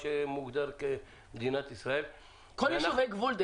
אני מדברת על כל יישובי הגבול.